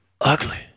ugly